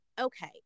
okay